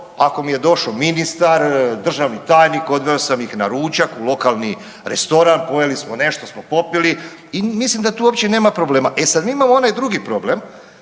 ako mi je došao ministar, državni tajnik, odveo sam ih na ručak u lokalni restoran, pojeli smo, nešto smo popili i mislim da tu uopće nema problema. E sad, mi imamo onaj drugi problem,